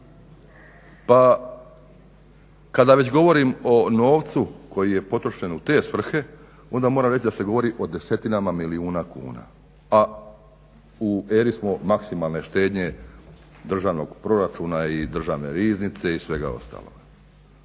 Pa kada već govorim o novcu koji je potrošen u te svrhe onda moram reći da se govori o desetinama milijuna kuna, a u eri smo maksimalne štednje državnog proračuna i državne riznice i svega ostaloga.